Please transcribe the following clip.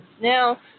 now